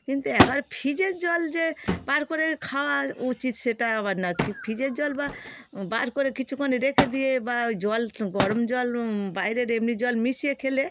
কিন্তু একবারে ফ্রিজের জল যে বার করে খাওয়া উচিৎ সেটা আবার না ফ্রিজের জল বা বার করে কিছুক্ষণ রেখে দিয়ে বা ওই জল গরম জল বাইরের এমনি জল মিশিয়ে খেলে